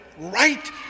right